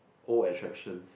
old attractions